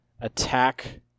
attack